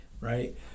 right